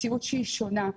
מציאות שהיא שונה.